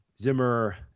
Zimmer